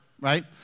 right